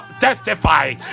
testify